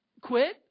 quit